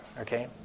Okay